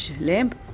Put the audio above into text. lamp